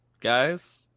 Guys